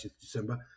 December